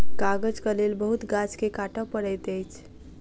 कागजक लेल बहुत गाछ के काटअ पड़ैत अछि